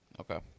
Okay